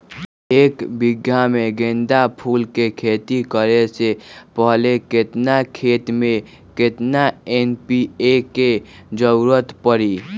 एक बीघा में गेंदा फूल के खेती करे से पहले केतना खेत में केतना एन.पी.के के जरूरत परी?